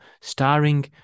starring